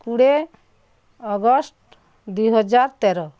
କୋଡ଼ିଏ ଅଗଷ୍ଟ ଦୁଇ ହଜାର ତେର